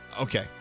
Okay